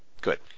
Good